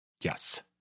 Yes